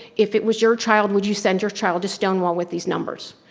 if it was your child, would you send your child to stonewall with these numbers?